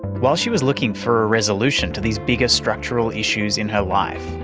while she was looking for a resolution to these bigger structural issues in her life,